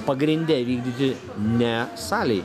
pagrinde vykdyti ne salėj